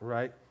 Right